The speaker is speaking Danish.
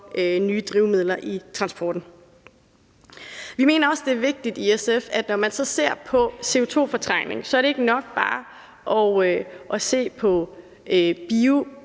nye drivmidler i transporten. I SF mener vi også, at det er vigtigt, at når man ser på CO2-fortrængning, er det ikke nok bare at se på